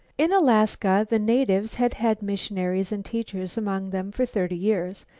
in alaska the natives had had missionaries and teachers among them for thirty years.